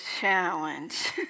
challenge